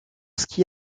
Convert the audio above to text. ski